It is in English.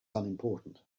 unimportant